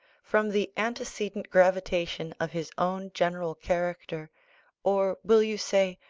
from the antecedent gravitation of his own general character or, will you say?